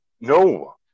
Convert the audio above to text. No